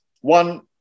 One